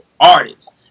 artists